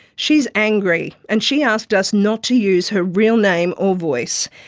she's angry, and she asked us not to use her real name or voice.